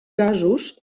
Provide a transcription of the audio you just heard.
gasos